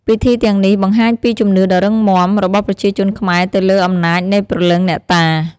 ពិធីទាំងនេះបង្ហាញពីជំនឿដ៏រឹងមាំ របស់ប្រជាជនខ្មែរទៅលើអំណាចនៃព្រលឹងអ្នកតា។